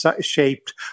shaped